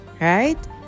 right